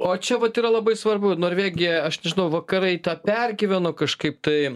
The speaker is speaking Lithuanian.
o čia vat yra labai svarbu norvegija aš nežinau vakarai tą pergyveno kažkaip tai